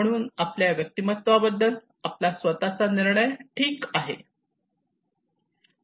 म्हणून आपल्या व्यक्तिमत्त्वाबद्दल आपला स्वतःचा निर्णय ठीक आहे